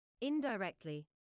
Indirectly